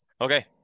Okay